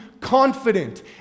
confident